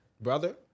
Brother